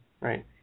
Right